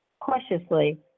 cautiously